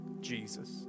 Jesus